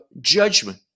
judgment